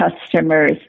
customers